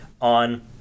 on